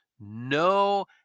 No